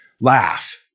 laugh